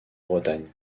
bretagne